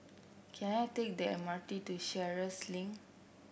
can I take the M R T to Sheares Link